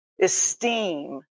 esteem